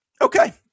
Okay